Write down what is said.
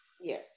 yes